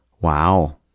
Wow